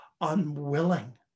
unwilling